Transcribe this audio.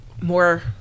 more